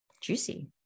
Juicy